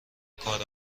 کار